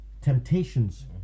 temptations